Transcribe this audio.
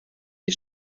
die